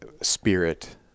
spirit